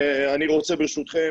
אני רוצה ברשותכם,